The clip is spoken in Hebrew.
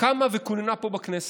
קמה וכוננה פה בכנסת,